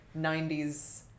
90s